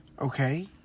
Okay